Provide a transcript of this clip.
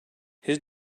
his